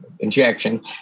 Injection